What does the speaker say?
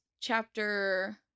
chapter